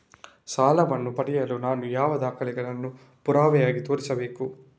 ಸಾಲವನ್ನು ಪಡೆಯಲು ನಾನು ಯಾವ ದಾಖಲೆಗಳನ್ನು ಪುರಾವೆಯಾಗಿ ತೋರಿಸಬೇಕು?